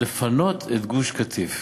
לפנות את גוש-קטיף.